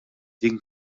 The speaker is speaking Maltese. dik